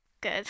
good